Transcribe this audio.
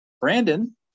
brandon